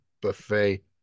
buffet